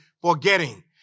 forgetting